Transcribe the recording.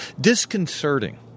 disconcerting